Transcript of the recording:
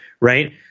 right